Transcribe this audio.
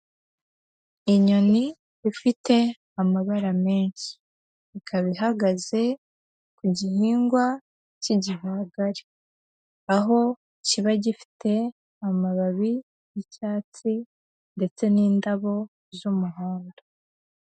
Inyoni ifite amabara menshi, ikaba ihagaze ku gihingwa cy'igihwagari, aho kiba gifite amababi y'icyatsi ndetse n'indabo z'umuhondo.